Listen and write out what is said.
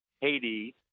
Haiti